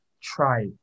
try